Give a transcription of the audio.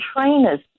trainers